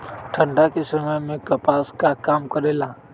ठंडा के समय मे कपास का काम करेला?